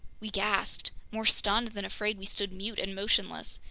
we gasped. more stunned than afraid, we stood mute and motionless.